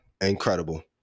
incredible